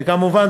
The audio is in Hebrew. וכמובן,